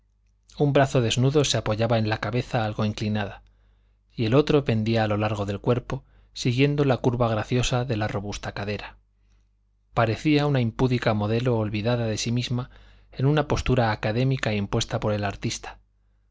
un brazo desnudo se apoyaba en la cabeza algo inclinada y el otro pendía a lo largo del cuerpo siguiendo la curva graciosa de la robusta cadera parecía una impúdica modelo olvidada de sí misma en una postura académica impuesta por el artista